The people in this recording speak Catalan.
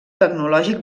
tecnològic